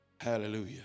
Hallelujah